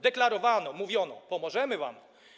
Deklarowano, mówiono: pomożemy wam.